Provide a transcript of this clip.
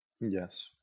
Yes